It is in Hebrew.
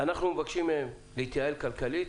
אנחנו מבקשים מהם להתייעל כלכלית